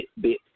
bit